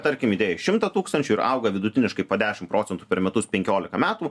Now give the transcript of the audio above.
tarkim įdėjai šimtą tūkstančių ir auga vidutiniškai po dešimt procentų per metus penkiolika metų